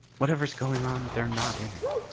whatever's going on, they're not in it.